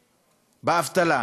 באבטלה,